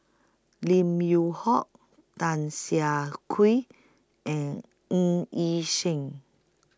Lim Yew Hock Tan Siah Kwee and Ng Yi Sheng